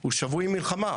הוא שבוי מלחמה,